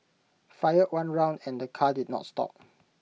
fired one round and the car did not stop